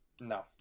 no